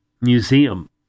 museum